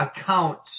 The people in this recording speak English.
accounts